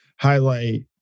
highlight